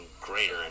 greater